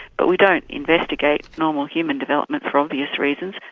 but we don't investigate normal human development for obvious reasons.